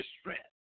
strength